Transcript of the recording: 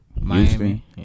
Miami